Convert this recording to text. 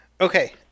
Okay